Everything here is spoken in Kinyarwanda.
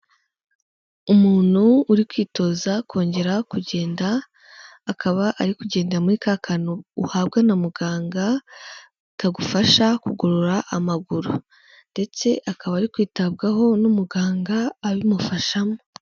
Umuntu uri kwitoza kongera kugenda akaba ari kugenda muri ka kantu uhabwa na muganga, kagufasha kugorora amaguru ndetse akaba ari kwitabwaho n'umuganga abimufashamo.